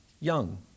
young